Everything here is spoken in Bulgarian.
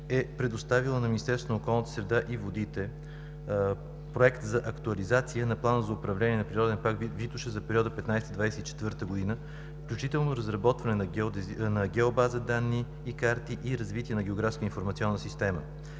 е предоставила на Министерство на околната среда и водите Проект на актуализация на плана за управление на природен парк „Витоша“ за периода 2015 – 2024 г., включително разработване на гео-база данни и карти, и развитие на географска информационна система.